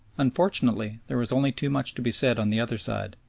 unfortunately there was only too much to be said on the other side,